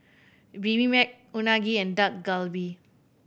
Bibimbap Unagi and Dak Galbi